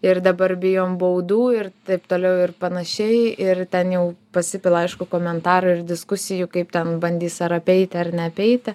ir dabar bijom baudų ir taip toliau ir panašiai ir ten jau pasipila aišku komentarų ir diskusijų kaip ten bandys ar apeiti ar neapeiti